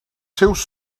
seus